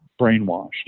brainwashed